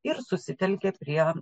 ir susitelkė prie